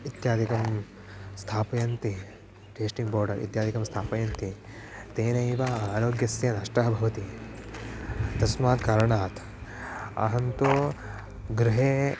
इत्यादिकं स्थापयन्ति testing powder इत्यादिकं स्थापयन्ति तेनैव आरोग्यस्य नष्टः भवति तस्मात् कारणात् अहं तु गृहे